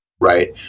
right